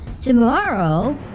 Tomorrow